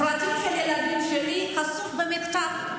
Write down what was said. הפרטים של הילדים שלי חשופים במכתב,